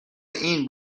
این